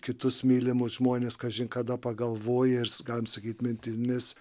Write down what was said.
kitus mylimus žmones kažin kada pagalvoji ar galim sakyt mintimis